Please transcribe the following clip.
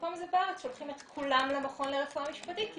במקום זה בארץ שולחים את כולן למכון לרפואה משפטית כי